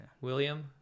William